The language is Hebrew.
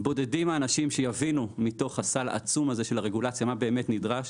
בודדים האנשים שיבינו מתוך הסל העצום הזה של הרגולציה מה באמת נדרש.